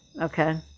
okay